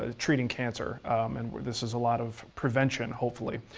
ah treating cancer and with this is a lot of prevention hopefully.